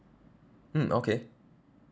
mm okay